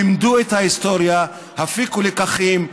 למדו את ההיסטוריה, הפיקו לקחים.